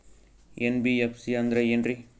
NBFC ಅಂದ್ರ ಏನ್ರೀ?